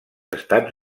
estats